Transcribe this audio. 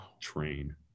train